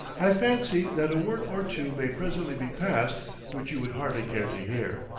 i fancy that a word or two may presently be passed which you would hardly care to hear.